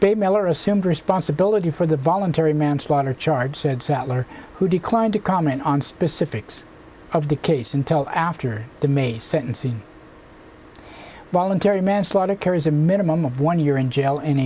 baylor assumed responsibility for the voluntary manslaughter charge said sadler who declined to comment on specifics of the case until after the main sentencing voluntary manslaughter carries a minimum of one year in jail and